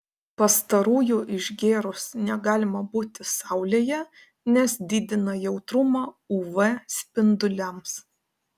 pastarųjų išgėrus negalima būti saulėje nes didina jautrumą uv spinduliams